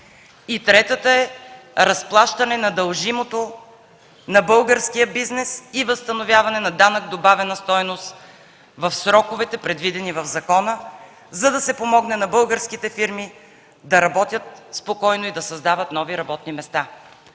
Третата е разплащане на дължимото на българския бизнес и възстановяване на данък добавена стойност в сроковете, предвидени в закона, за да се помогне на българските фирми да работят спокойно и да създават нови работни места.